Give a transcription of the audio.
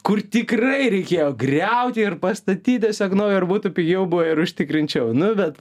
kur tikrai reikėjo griauti ir pastatyt tiesiog naują ir būtų pigiau buvę ir užtikrinčiau nu bet